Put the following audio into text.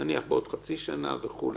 נניח, בעוד חצי שנה וכולי.